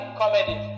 comedy